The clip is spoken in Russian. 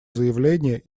заявление